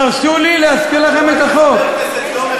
אתה לא היית חבר כנסת יום אחד.